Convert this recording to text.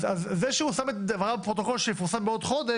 זה שהוא שם את דבריו בפרוטוקול שיפורסם בעוד חודש,